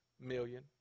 million